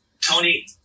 Tony